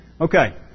Okay